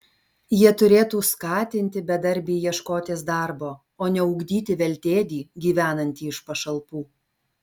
jie turėtų skatinti bedarbį ieškotis darbo o ne ugdyti veltėdį gyvenantį iš pašalpų